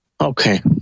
okay